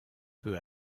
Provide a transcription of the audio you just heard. peu